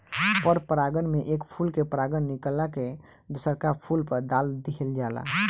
पर परागण में एक फूल के परागण निकल के दुसरका फूल पर दाल दीहल जाला